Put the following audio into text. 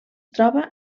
troba